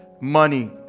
money